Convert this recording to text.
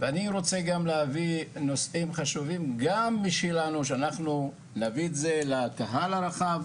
ואני רוצה גם להביא נושאים חשובים גם שלנו שאנחנו נביא את זה לקהל הרחב,